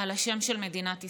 על השם של מדינת ישראל.